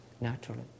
Naturally